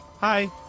Hi